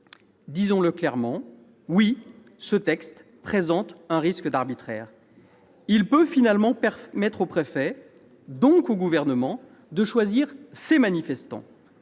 Disons-le clairement : oui, ce texte présente un risque d'arbitraire. Mais non ! En définitive, il peut permettre au préfet, donc au Gouvernement, de choisir ses manifestants.